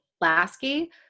Lasky